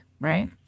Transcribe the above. right